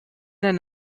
and